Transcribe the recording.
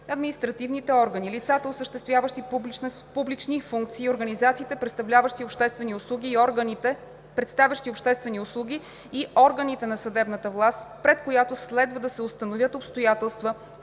Административните органи, лицата, осъществяващи публични функции, организациите, предоставящи обществени услуги, и органите на съдебната власт, пред които следва да се установят обстоятелства, вписани